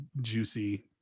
juicy